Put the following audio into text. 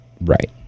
right